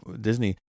Disney